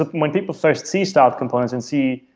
ah when people first see styled components and see,